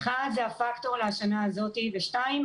אחד זה הפקטור לשנה הזאת ודבר שני,